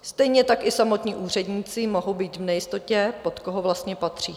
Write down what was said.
Stejně tak i samotní úředníci mohou být v nejistotě, pod koho vlastně patří.